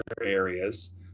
areas